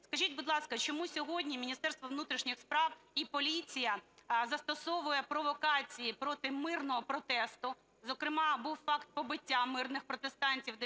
Скажіть, будь ласка, чому сьогодні Міністерство внутрішніх справ і поліція застосовує провокації проти мирного протесту, зокрема був факт побиття мирних протестантів